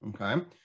okay